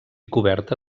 coberta